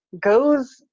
goes